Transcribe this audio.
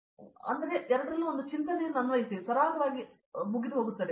ಪ್ರತಾಪ್ ಹರಿದಾಸ್ ಆದ್ದರಿಂದ ನೀವು ಈ ಎರಡರಲ್ಲೂ ಒಂದು ಚಿಂತನೆಯನ್ನು ಅನ್ವಯಿಸಿ ಅದು ಸರಾಗವಾಗಿ ಹೋಗುತ್ತದೆ